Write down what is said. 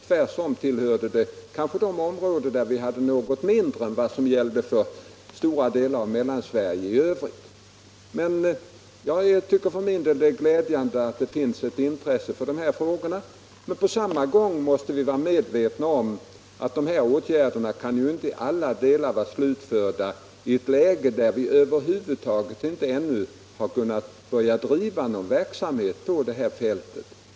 Tvärtom tillhörde detta fält ett område där det kanske fanns något mindre av fornminnen än i stora delar av Mellansverige i övrigt. Jag tycker alltså att det är glädjande att det finns ett intresse för dessa frågor, men vi måste på samma gång vara medvetna om att de åtgärder det gäller inte kan vara i alla delar slutförda i ett läge, där vi ännu över huvud taget inte kunnat börja driva någon verksamhet på skjutfältet.